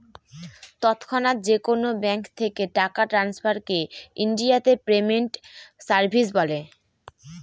তৎক্ষণাৎ যেকোনো ব্যাঙ্ক থেকে টাকা ট্রান্সফারকে ইনডিয়াতে পেমেন্ট সার্ভিস বলে